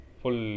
full